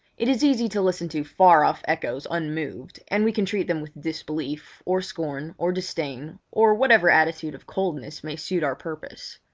it is easy to listen to far off echoes unmoved, and we can treat them with disbelief, or scorn, or disdain, or whatever attitude of coldness may suit our purpose.